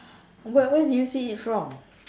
where where do you see it from